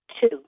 Two